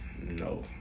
No